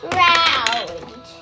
round